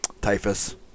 Typhus